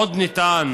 עוד נטען